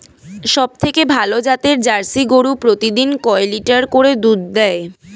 সবথেকে ভালো জাতের জার্সি গরু প্রতিদিন কয় লিটার করে দুধ দেয়?